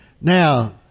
Now